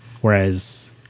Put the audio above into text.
whereas